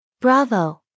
Bravo